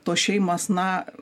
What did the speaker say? tos šeimos na